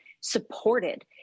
supported